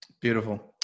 beautiful